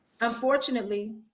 Unfortunately